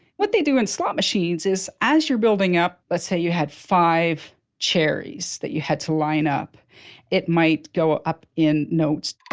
what they do in slot machines is as you're building up. let's say you had five cherries that you had to line up, and it might go ah up in notes.